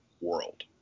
world